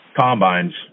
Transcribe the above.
combines